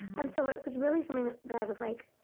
and so it was really something that that i was like.